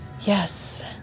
Yes